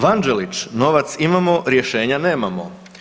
Vanđelić, novac imamo rješenja nemamo.